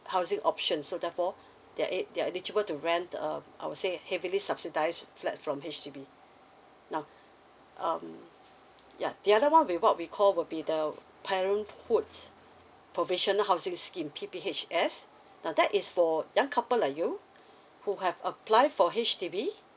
housing option so therefore they're e~ they're eligible to rent um I would say heavily subsidised flat from H_D_B now um ya the other [one] will what we call will be the parenthood provisional housing scheme P_P_H_S now that is for young couple like you who have apply for H_D_B